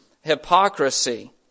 Hypocrisy